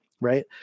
Right